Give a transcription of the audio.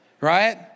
Right